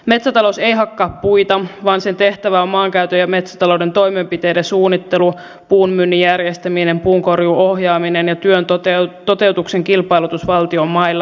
metsätalous ei hakkaa puita vaan sen tehtävä on maankäytön ja metsätalouden toimenpiteiden suunnittelu puun myynnin järjestäminen puunkorjuun ohjaaminen ja työn toteutuksen kilpailutus valtion mailla